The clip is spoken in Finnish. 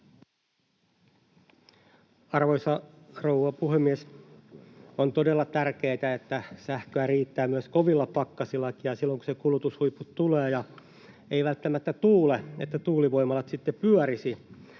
Arvoisa rouva puhemies! On todella tärkeätä, että sähköä riittää myös kovilla pakkasilla ja silloin, kun ne kulutushuiput tulevat ja ei välttämättä tuule, niin että tuulivoimalat pyörisivät.